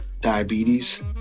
diabetes